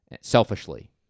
Selfishly